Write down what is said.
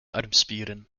armspieren